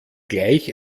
gleich